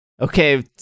okay